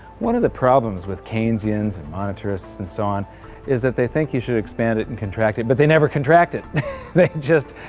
one of the problems with keynesians and monetarists and so on is that they think you should expand it and contract it but they never contract it! they just,